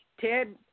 Ted